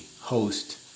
host